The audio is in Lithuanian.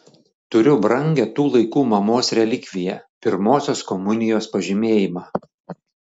turiu brangią tų laikų mamos relikviją pirmosios komunijos pažymėjimą